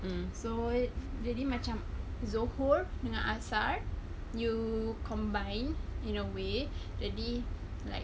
mm so jadi macam zohor dengan asar you combine in a way jadi like